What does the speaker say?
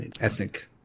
ethnic